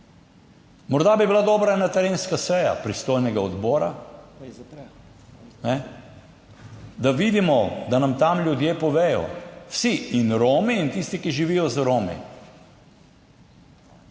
Morda bi bila dobra ena terenska seja pristojnega odbora, da vidimo, da nam tam ljudje povedo, vsi, in Romi in tisti, ki živijo z Romi.